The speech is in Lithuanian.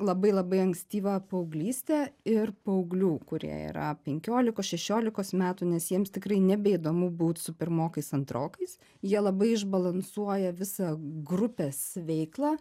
labai labai ankstyvą paauglystę ir paauglių kurie yra penkiolikos šešiolikos metų nes jiems tikrai nebeįdomu būt su pirmokais antrokais jie labai išbalansuoja visą grupės veiklą